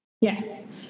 Yes